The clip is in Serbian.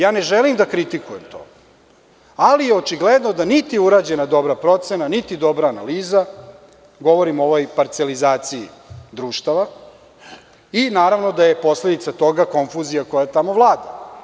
Ja ne želim da kritikujem to, ali očigledno da nit je urađena dobra procena, nit dobra analiza, govorim o ovoj parcelizaciji društava i naravno da je posledica toga konfuzija koja tamo vlada.